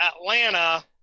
Atlanta